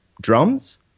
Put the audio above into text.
drums